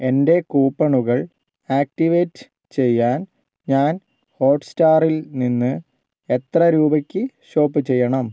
എൻ്റെ കൂപ്പണുകൾ ആക്ടിവേറ്റ് ചെയ്യാൻ ഞാൻ ഹോട്ട്സ്റ്റാറിൽ നിന്ന് എത്ര രൂപയ്ക്ക് ഷോപ്പ് ചെയ്യണം